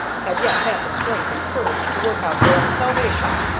have yet had the strength and courage to work out their own salvation!